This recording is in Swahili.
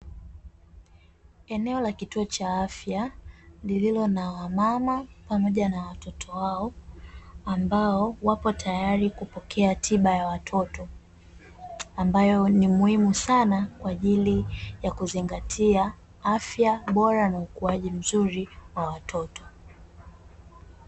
Eneo la kituo cha Afya lililo na wamama pamoja na watoto wao ambao wako tayari kupokea tiba ya watoto ambayo ni muhimu sana kwa ajili ya kuzingatia afya bora na ukuaji mzuri wa watoto.